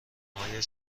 های